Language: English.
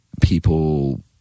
people